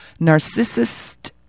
Narcissist